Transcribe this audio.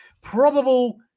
Probable